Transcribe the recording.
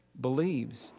believes